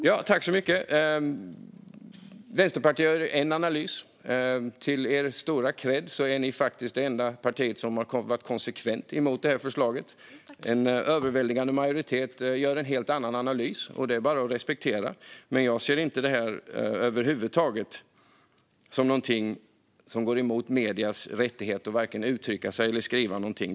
Fru talman! Vänsterpartiet gör en analys. Till er stora kredd är ni faktiskt det enda parti som konsekvent har varit emot det här förslaget. En överväldigande majoritet gör en helt annan analys, och det är bara att respektera. Jag ser över huvud taget inte detta som någonting som går emot mediernas rätt att uttrycka eller skriva någonting.